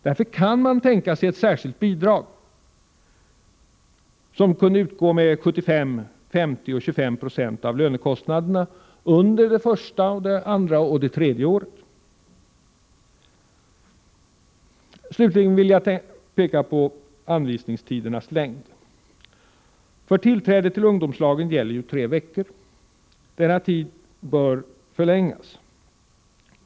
Därför kan man tänka sig ett särskilt bidrag som kunde utgå med 75, 50 och 25 96 av lönekostnaderna under det första, det andra och det tredje året. Slutligen vill jag peka på anvisningstidernas längd. För tillträde till ungdomslagen gäller ju tre veckor. Denna tid bör förlängas.